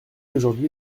aujourd’hui